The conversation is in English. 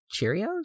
Cheerios